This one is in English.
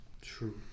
True